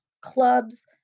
clubs